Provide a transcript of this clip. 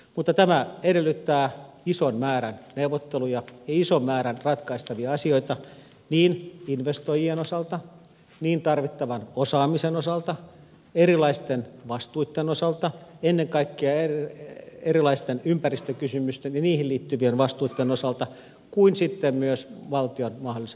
mutta tämä edellyttää isoa määrää neuvotteluja ja isoa määrää ratkaistavia asioita niin investoijien osalta tarvittavan osaamisen osalta erilaisten vastuitten osalta ennen kaikkea erilaisten ympäristökysymysten ja niihin liittyvien vastuitten osalta kuin sitten myös valtion mahdollisen roolin osalta